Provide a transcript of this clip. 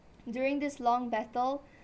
during this long battle